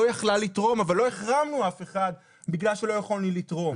יכלה לתרום אבל לא החרמנו אף אחד בגלל שלא יכולנו לתרום.